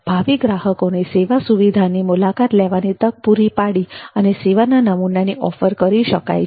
ભાવિ ગ્રાહકોને સેવા સુવિધાની મુલાકાત લેવાની તક પૂરી પાડી અને સેવાના નમુનાની ઓફર કરી શકાય છે